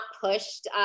pushed